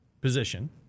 position